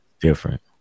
different